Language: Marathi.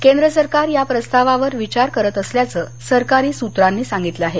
केंद्र सरकार या प्रस्तावावर विचार करत असल्याचं सरकारी सूत्रांनी सांगितलं आहे